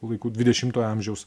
laikų dvidešimtojo amžiaus